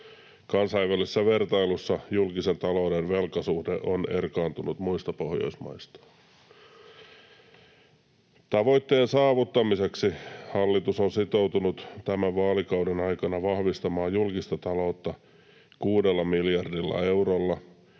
Kansainvälisessä vertailussa julkisen talouden velkasuhde on erkaantunut muista Pohjoismaista. Tavoitteen saavuttamiseksi hallitus on sitoutunut tämän vaalikauden aikana vahvistamaan julkista taloutta 6 miljardilla eurolla,